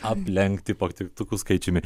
aplenkti patiktukų skaičiumi